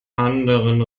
anderen